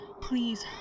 Please